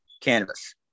cannabis